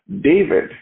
David